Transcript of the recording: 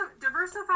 diversify